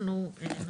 אנחנו נותנים.